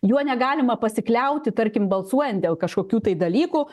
juo negalima pasikliauti tarkim balsuojant dėl kažkokių tai dalykų